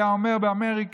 היה אומר באמריקה,